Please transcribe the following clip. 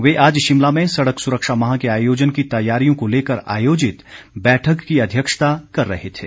वे आज शिमला में सड़क सुरक्षा माह के आयोजन की तैयारियों को लेकर आयोजित बैठक की अध्यक्षता कर रहे थे